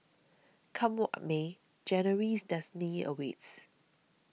come what may January's destiny awaits